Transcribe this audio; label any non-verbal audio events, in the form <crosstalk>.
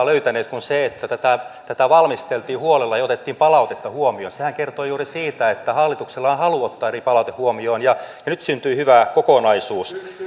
<unintelligible> löytänyt kuin sen että tätä tätä valmisteltiin huolella ja otettiin palautetta huomioon sehän kertoo juuri siitä että hallituksella on halua ottaa palaute huomioon ja nyt syntyi hyvä kokonaisuus <unintelligible>